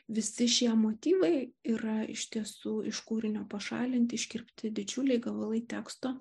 visi šie motyvai yra iš tiesų iš kūrinio pašalinti iškirpti didžiuliai gabalai teksto